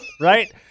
Right